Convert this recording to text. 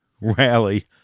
rally